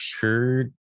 heard